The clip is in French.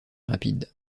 rapide